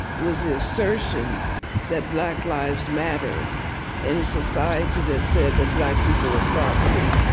was the assertion that black lives matter in a society that said that black people were property,